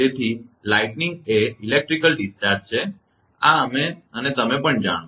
તેથી વીજળી એ વિદ્યુત વિસર્જન છે આ અમે અને તમે પણ જાણો છો